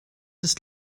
ist